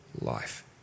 life